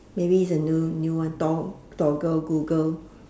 maybe it's a new new one to~ toggle google